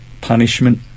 punishment